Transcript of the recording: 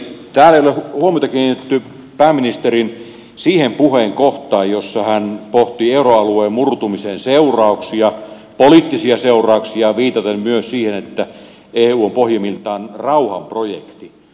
täällä ei ole huomiota kiinnitetty pääministerin puheen siihen kohtaan jossa hän pohti euroalueen murtumisen seurauksia poliittisia seurauksia viitaten myös siihen että eu on pohjimmiltaan rauhan projekti